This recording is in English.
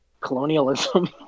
colonialism